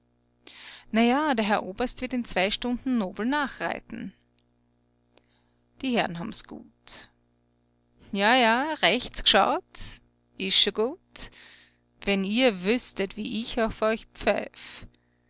na ja der herr oberst wird in zwei stunden nobel nachreiten die herren haben's gut ja ja rechts g'schaut ist schon gut wenn ihr wüßtet wie ich auf euch pfeif